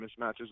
mismatches